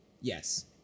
Yes